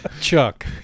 Chuck